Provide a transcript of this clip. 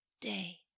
day